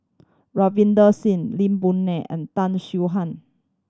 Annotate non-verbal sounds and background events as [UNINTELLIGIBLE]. Ravinder Singh Lee Boon [UNINTELLIGIBLE] and Tan [UNINTELLIGIBLE] Han